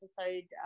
episode